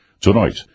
Tonight